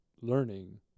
learning